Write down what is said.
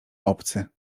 obcy